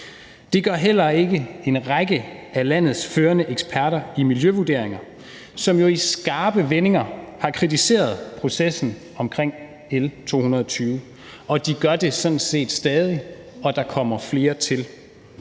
Det gør heller ikke en række af landets førende eksperter i miljøvurderinger, som jo i skarpe vendinger har kritiseret processen omkring L 220. De gør det sådan set stadig, og der kommer flere til.